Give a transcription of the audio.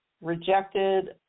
rejected